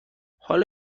حالا